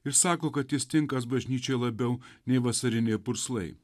ir sako kad jis tinkantis bažnyčiai labiau nei vasarinė purslai